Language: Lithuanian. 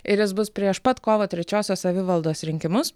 ir jis bus prieš pat kovo trečiosios savivaldos rinkimus